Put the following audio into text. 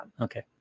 Okay